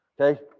Okay